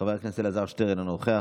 חבר הכנסת אלעזר שטרן, אינו נוכח.